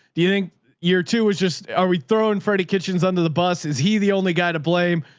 do you think year two was just, are we throwing freddy kitchens under the bus? is he the only guy to blame?